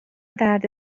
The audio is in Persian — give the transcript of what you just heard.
درد